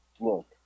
look